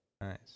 Nice